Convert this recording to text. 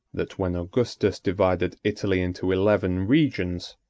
that when augustus divided italy into eleven regions,